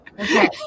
okay